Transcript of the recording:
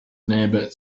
neighbor